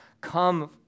come